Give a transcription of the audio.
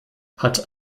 hat